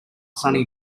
sunny